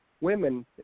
women